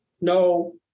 No